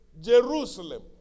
Jerusalem